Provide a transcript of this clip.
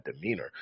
demeanor